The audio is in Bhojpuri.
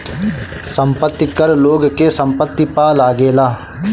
संपत्ति कर लोग के संपत्ति पअ लागेला